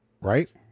Right